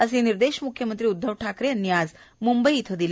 असे निर्देश मुख्यमंत्री उद्वव ठाकरे यांनी आज मुंबई इथं दिले